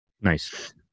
Nice